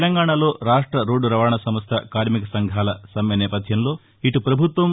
తెలంగాణలో రాష్ట రోడ్లు రవాణాసంస్ల కార్మికసంఘాల సమ్మె నేపథ్యంలో ఇటు ప్రభుత్వం